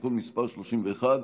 (תיקון מס' 37),